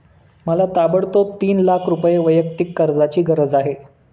मला ताबडतोब तीन लाख रुपये वैयक्तिक कर्जाची गरज आहे